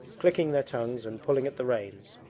clicking their tongues and pulling at the reins.